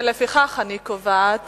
לפיכך אני קובעת